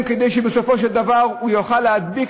בפשטות, מדובר פה בחולשה,